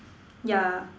yeah